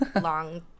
long